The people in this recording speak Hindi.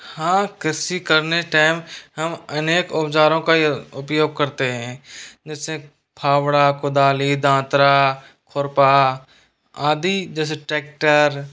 हां कृषि करने टाइम हम अनेक औज़ारों का उपयोग करते हैं जैसे फावड़ा कोदाली दांत्रा खुरपा आदि जैसे ट्रैक्टर